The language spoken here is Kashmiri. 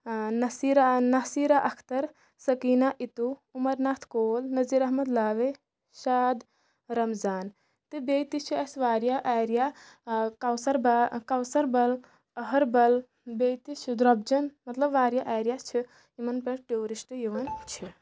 نَصیٖرا نَصیٖرا اَختر سٔکیٖنا اِتوٗ عمر ناتھ کول نظیٖر احمد لاوے شاد رَمضان تہٕ بیٚیہِ تہِ چھِ اَسہِ واریاہ ایریا کوثر با کوثر بَل أہَربَل بیٚیہِ تہِ چھِ درٛوبجَن مطلب واریاہ ایریا چھِ یِمَن پٮ۪ٹھ ٹیوٗرِسٹ یِوان چھِ